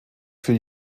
für